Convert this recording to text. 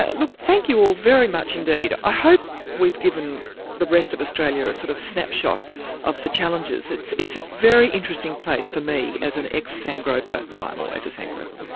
ah look, thank you all very much indeed. i hope we've given the rest of australia a sort of snapshot of the challenges. it's it's a very interesting place for me as an ex-sandgroper well i'm always a sandgroper, um